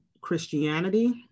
Christianity